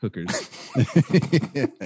hookers